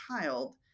child